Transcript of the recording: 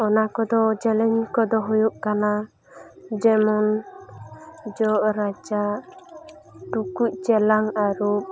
ᱚᱱᱟ ᱠᱚᱫᱚ ᱪᱮᱞᱮᱧᱡᱽᱠᱚ ᱫᱚ ᱦᱩᱭᱩᱜ ᱠᱟᱱᱟ ᱡᱮᱢᱚᱱ ᱡᱚᱜ ᱨᱟᱪᱟ ᱴᱩᱠᱩᱡ ᱪᱮᱞᱟᱝ ᱟᱨᱩᱵ